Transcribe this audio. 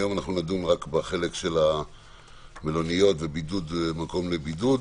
היום נדון רק בחלק של מלוניות ומקום לבידוד.